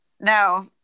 Now